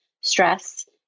stress